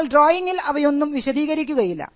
എന്നാൽ ഡ്രോയിങിൽ അവയൊന്നും വിശദീകരിക്കുന്നില്ല